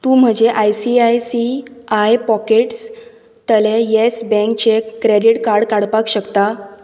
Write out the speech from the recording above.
तूं म्हजें I C I C I pockets तलें यॅस बँकचें क्रॅडिट कार्ड काडपाक शकता